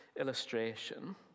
illustration